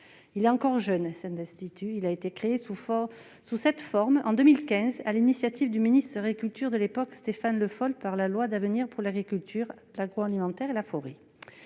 encore jeune, puisqu'elle a été créée sous cette forme en 2015, sur l'initiative du ministère de l'agriculture de l'époque, Stéphane Le Foll, dans le cadre de la loi d'avenir pour l'agriculture, l'agroalimentaire et la forêt.